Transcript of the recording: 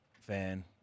fan